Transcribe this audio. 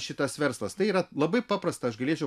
šitas verslas tai yra labai paprasta aš galėčiau